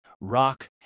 rock